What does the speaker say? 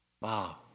Wow